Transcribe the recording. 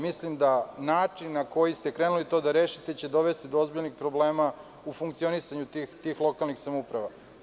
Mislim da način na koji ste krenuli to da rešite će dovesti do ozbiljnih problema u funkcionisanju tih lokalnih samouprava.